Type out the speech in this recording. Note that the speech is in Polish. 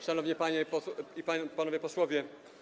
Szanowni Panie i Panowie Posłowie!